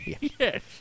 Yes